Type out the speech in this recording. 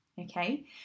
Okay